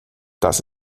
das